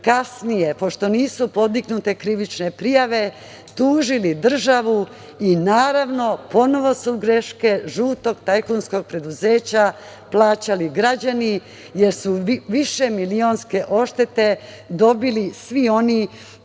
kasnije, pošto nisu podignute krivične prijave, tužili državu i, naravno, ponovo su greške žutog tajkunskog preduzeća plaćali građani, jer su višemilionske odštete dobili svi oni